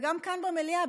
וגם כאן במליאה,